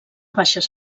baixes